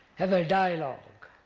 have a dialogue,